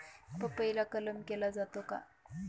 पपईला कलम केला जातो का?